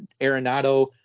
Arenado